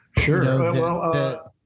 Sure